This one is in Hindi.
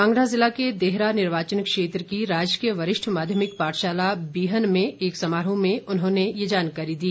कांगड़ा जिला के देहरा निर्वाचन क्षेत्र की राजकीय वरिष्ठ माध्यमिक पाठशाला बिहन में एक समारोह में उन्होंने ये जानकारी दी